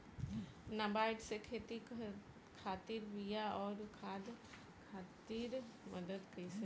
नाबार्ड से खेती खातिर बीया आउर खाद खातिर मदद कइसे मिली?